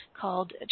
called